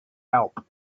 help